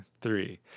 three